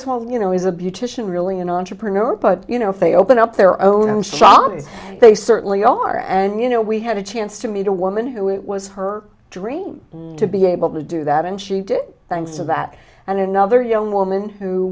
is well you know is a beautician really an entrepreneur but you know if they open up their own shop and they certainly are and you know we had a chance to meet a woman who it was her dream to be able to do that and she did kinds of that and another young woman who